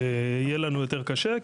יהיה לנו יותר קשה,